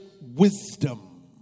wisdom